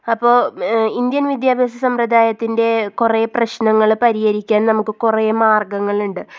അപ്പോൾ ഇന്ത്യൻ വിദ്യാഭ്യാസ സമ്പ്രദായത്തിൻ്റെ കുറേ പ്രശ്നങ്ങൾ പരിഹരിക്കാൻ നമുക്ക് കുറേ മാർഗ്ഗങ്ങളുണ്ട്